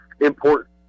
important